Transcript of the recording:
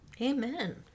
Amen